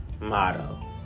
motto